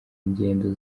ingendo